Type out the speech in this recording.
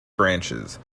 branches